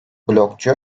blogcu